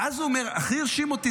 ואז הוא אומר: הכי הרשים אותי,